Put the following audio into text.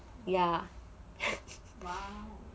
ya